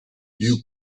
you